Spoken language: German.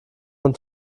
von